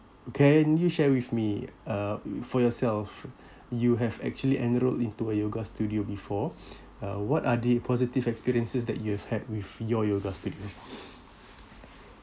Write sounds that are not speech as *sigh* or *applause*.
can you share with me uh for yourself you have actually enrolled into a yoga studio before *breath* uh what are the positive experiences that you've had with your yoga studio